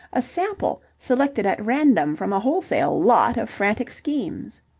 a sample selected at random from a wholesale lot of frantic schemes.